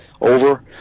over